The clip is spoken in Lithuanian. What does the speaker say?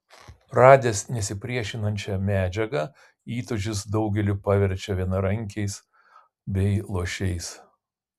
radęs nesipriešinančią medžiagą įtūžis daugelį paverčia vienarankiais bei luošiais